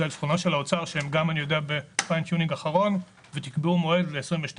--- של האוצר שהם גם אני יודע בפיין טיונינג אחרון ותקבעו מועד ל-2022